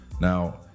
Now